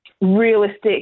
Realistic